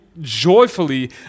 joyfully